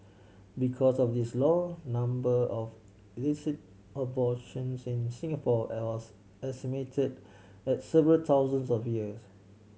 because of this law number of illicit abortions in Singapore it was estimated at several thousands of years